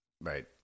Right